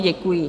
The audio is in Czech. Děkuji.